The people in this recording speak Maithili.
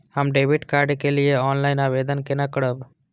हम डेबिट कार्ड के लिए ऑनलाइन आवेदन केना करब?